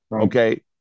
Okay